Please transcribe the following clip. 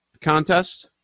contest